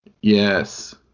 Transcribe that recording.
Yes